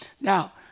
Now